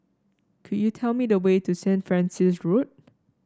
could you tell me the way to Saint Francis Road